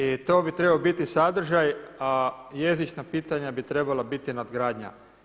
I to bi trebao biti sadržaj a jezična pitanja bi trebala biti nadgradnja.